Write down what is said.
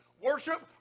Worship